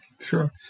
Sure